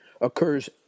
occurs